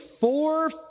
four